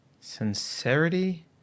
Sincerity